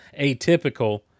atypical